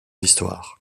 histoire